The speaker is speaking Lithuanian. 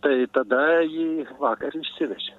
tai tada jį vakar išsivežė